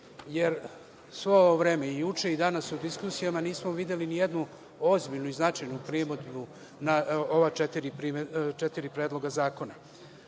jer svo ovo vreme i juče i danas u diskusijama nismo videli nijednu ozbiljnu i značajnu primedbu na ova četiri predloga zakona. Ono